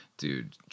Dude